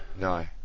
no